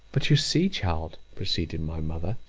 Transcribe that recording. but you see, child, proceeded my mother,